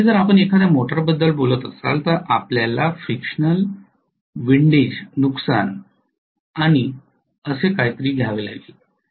आणि जर आपण एखाद्या मोटारबद्दल बोलत असाल तर आपल्याला फ्रिक्शनलविंडेज नुकसान आणि असे काहीतरी घ्यावे लागेल